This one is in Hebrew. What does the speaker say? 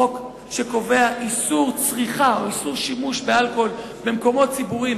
חוק שקובע איסור צריכה או איסור שימוש באלכוהול במקומות ציבוריים,